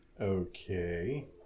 Okay